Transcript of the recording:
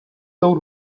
tou